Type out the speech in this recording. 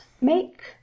make